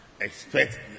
expect